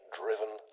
driven